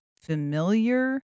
familiar